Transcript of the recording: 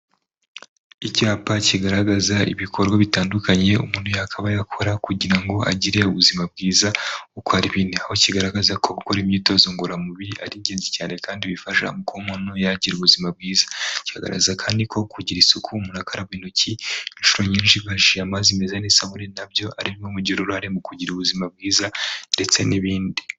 Icyapa kigaragaza ibikorwa bitandukanye umuntu yakabaye akora kugira ngo agire ubuzima bwiza uko ari bine, aho kigaragaza ko gukora imyitozo ngororamubiri ari ingenzi cyane kandi bifasha kuba umuntu yagira ubuzima bwiza, kigaragaza kandi ko kugira isuku umuntu akaraba intoki inshuro nyinshi akoresheje amazi meza n'isabune nabyo ari bimwe mubigira uruhare mu kugira ubuzima bwiza ndetse n'ibindi.